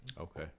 okay